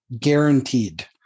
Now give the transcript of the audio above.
Guaranteed